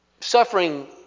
Suffering